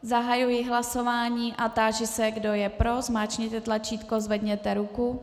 Zahajuji hlasování a táži se, kdo je pro, zmáčkněte tlačítko a zvedněte ruku.